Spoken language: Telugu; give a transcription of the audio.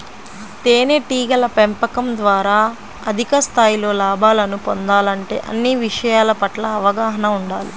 తేనెటీగల పెంపకం ద్వారా అధిక స్థాయిలో లాభాలను పొందాలంటే అన్ని విషయాల పట్ల అవగాహన ఉండాలి